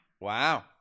Wow